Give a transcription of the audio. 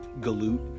galoot